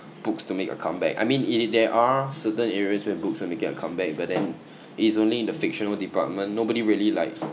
books to make a comeback I mean it it there are certain areas where books are making a comeback but then it is only in the fictional department nobody really like